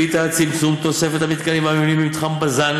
החליטה על צמצום תוספת המתקנים והמבנים במתחם בז"ן